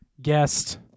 guest